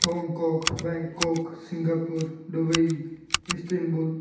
Hong Kong Bangkok Singapore Dubai Istanbul